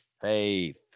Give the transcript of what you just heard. Faith